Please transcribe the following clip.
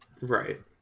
right